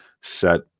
set